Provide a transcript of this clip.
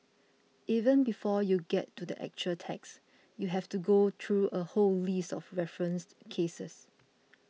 even before you get to the actual text you have to go through a whole list of referenced cases